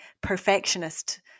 perfectionist